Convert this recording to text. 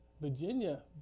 virginia